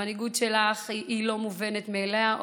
המנהיגות שלך היא לא מובנת מאליה,